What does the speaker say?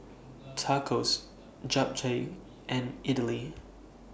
Tacos Japchae and Idili